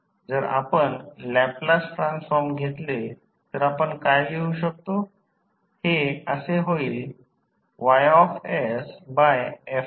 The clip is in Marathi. जर आपण लॅपलास ट्रान्सफॉर्म घेतले तर आपण काय लिहू शकतो